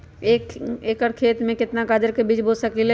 एक एकर खेत में केतना गाजर के बीज बो सकीं ले?